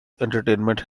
entertainment